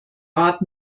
rat